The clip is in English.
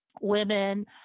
women